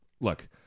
look